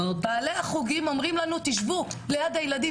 בעלי החוגים אומרים לנו "תשבו ליד הילדים",